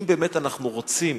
אם באמת אנחנו רוצים